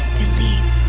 believe